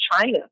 China